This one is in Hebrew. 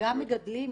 גם מגדלים.